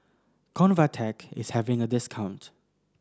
Convatec is having a discount